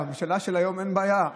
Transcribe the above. בממשלה של היום אין בעיה,